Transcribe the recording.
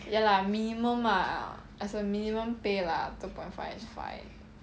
ya lah minimum ah as a minimum pay lah two point five is fine